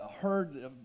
heard